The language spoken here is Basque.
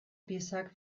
piezak